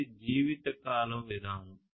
ఇది జీవితకాలం విధానం